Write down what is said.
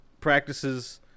practices